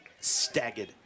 staggered